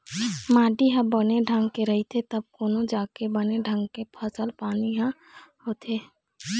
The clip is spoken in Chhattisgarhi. माटी ह बने ढंग के रहिथे तब कोनो जाके बने ढंग के फसल पानी ह होथे